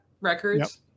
Records